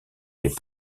les